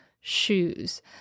shoes